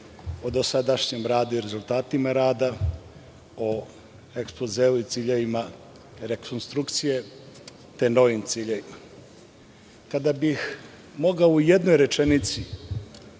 o dosadašnjem radu i rezultatima rada, o ekspozeu i ciljevima rekonstrukcije, te novim ciljevima. Kada bih mogao u jednoj rečenici